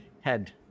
head